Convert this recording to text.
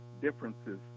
Differences